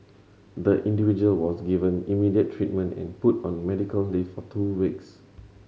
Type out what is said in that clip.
the individual was given immediate treatment and put on medical leave for two weeks